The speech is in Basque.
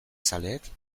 zaleek